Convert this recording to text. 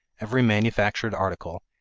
every manufactured article,